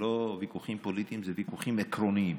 אלה לא ויכוחים פוליטיים, אלה ויכוחים עקרוניים.